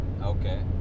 Okay